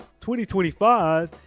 2025